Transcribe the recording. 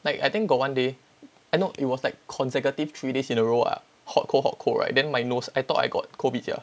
like I think got one day I know it was like consecutive three days in a row ah hot cold hot cold right then my nose I thought I got COVID